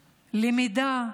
למידה.